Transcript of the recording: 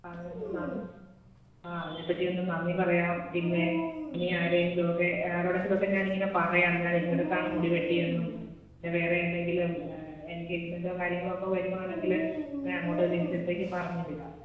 ആ അതിന് പിന്നെ നന്ദി ആ അതിനെപ്പറ്റിയൊന്ന് നന്ദി പറയാം പിന്നെ ഇനിയാരെയെങ്കിലുവൊക്കെ ആരോടെങ്കിലുവൊക്കെ ഞാനിങ്ങനെ പറയാം ഞാനിന്നടത്താണ് മുടി വെട്ടിയതെന്നും വേറെ എന്തെങ്കിലും എൻഗേജ്മെൻറ്റോ കാര്യങ്ങളൊക്കെ വരുവാണെങ്കിൽ ഞാൻ അങ്ങോട്ടേക്ക് ജിൻസിടടുത്തേക്ക് പറഞ്ഞ് വിടാം